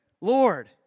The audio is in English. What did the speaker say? Lord